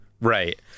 right